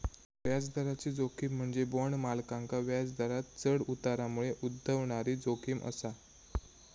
व्याजदराची जोखीम म्हणजे बॉण्ड मालकांका व्याजदरांत चढ उतारामुळे उद्भवणारी जोखीम असा